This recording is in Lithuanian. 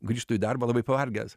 grįžtu į darbą labai pavargęs